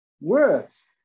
words